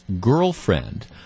girlfriend